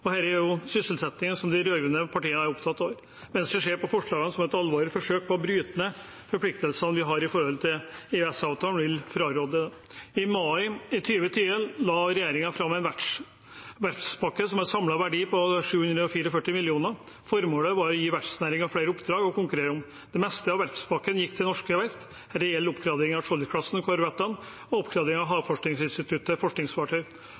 og for næringslivet i Norge. Dette er jo sysselsettingen som de rød-grønne partiene er opptatt av. Venstre ser på forslagene som et alvorlig forsøk på å bryte med forpliktelsene vi har ifølge EØS-avtalen, og vil fraråde det. I mai 2020 la regjeringen fram en verftspakke som har en samlet verdi på 744 mill. kr. Formålet var å gi verftsnæringen flere oppdrag å konkurrere om. Det meste av verftspakken gikk til norske verft, en reell oppgradering av Skjold-klassen og korvettene og en oppgradering av Havforskningsinstituttets forskningsfartøy.